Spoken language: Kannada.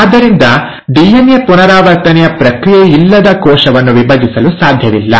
ಆದ್ದರಿಂದ ಡಿಎನ್ಎ ಪುನರಾವರ್ತನೆಯ ಪ್ರಕ್ರಿಯೆಯಿಲ್ಲದೆ ಕೋಶವನ್ನು ವಿಭಜಿಸಲು ಸಾಧ್ಯವಿಲ್ಲ